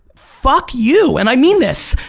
fuck you and i mean this,